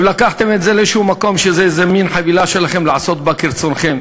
אתם לקחתם את זה לאיזה מקום שזה איזה מין חבילה שלכם לעשות בה כרצונכם,